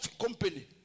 company